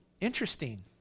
interesting